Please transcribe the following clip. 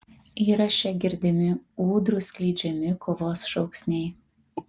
įraše girdimi ūdrų skleidžiami kovos šūksniai